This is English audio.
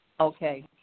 Okay